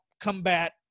combat